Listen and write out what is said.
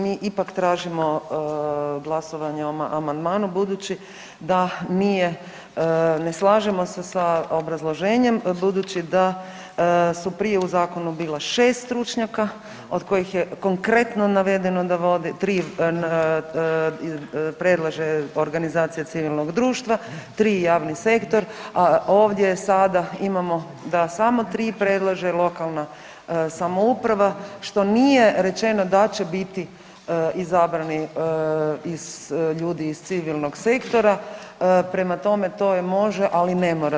Mi ipak tražimo glasovanje o amandmanu, budući da se ne slažemo se s obrazloženjem budući da su prije u zakonu bila 6 stručnjaka od kojih je konkretno navedeno da vodi tri predlaže Organizacija civilnog društva, tri javni sektor, a ovdje sada imamo da samo tri predlaže lokalna samouprava što nije rečeno da će biti izabrani ljudi iz civilnog sektora, prema tome to i može, ali i ne mora.